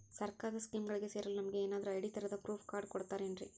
ಸರ್ಕಾರದ ಸ್ಕೀಮ್ಗಳಿಗೆ ಸೇರಲು ನಮಗೆ ಏನಾದ್ರು ಐ.ಡಿ ತರಹದ ಪ್ರೂಫ್ ಕಾರ್ಡ್ ಕೊಡುತ್ತಾರೆನ್ರಿ?